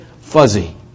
fuzzy